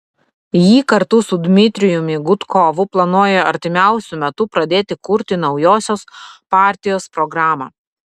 ji kartu su dmitrijumi gudkovu planuoja artimiausiu metu pradėti kurti naujosios partijos programą